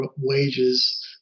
wages